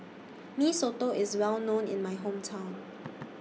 Mee Soto IS Well known in My Hometown